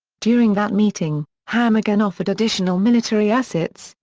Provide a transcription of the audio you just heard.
during that meeting, ham again offered additional military assets,